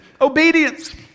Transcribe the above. Obedience